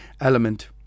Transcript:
element